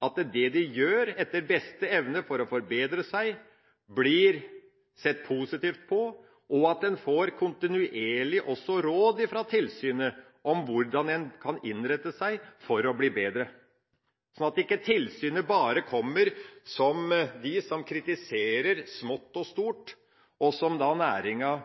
at det de gjør etter beste evne for å forbedre seg, blir sett positivt på, og at en også kontinuerlig får råd fra tilsynet om hvordan en kan innrette seg for å bli bedre, sånn at ikke tilsynet bare kommer som de som kritiserer smått og stort, og som noe som næringa